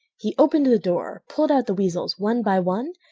he opened the door, pulled out the weasels one by one,